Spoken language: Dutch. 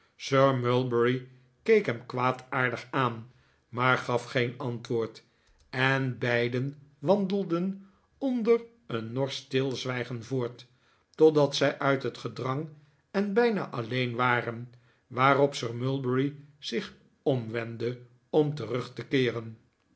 keek hem kwaadaardig aan maar gaf geen antwoord en beiden wandelden onder een norsch stilzwijgen voort totdat zij uit het gedrang en bijna alleen waren waarop sir mulberry zich omwendde om terug te keeren